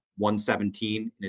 117